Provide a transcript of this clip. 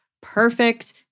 perfect